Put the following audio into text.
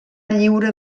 lliure